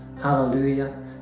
Hallelujah